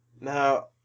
Now